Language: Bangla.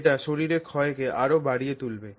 এটি শরীরে ক্ষয়কে আরও বাড়িয়ে তুলবে